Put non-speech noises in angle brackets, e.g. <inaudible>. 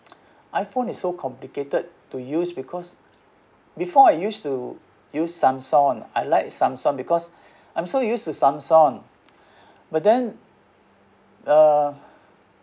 <noise> iPhone is so complicated to use because before I used to use Samsung I like Samsung because <breath> I'm so used to Samsung <breath> but then uh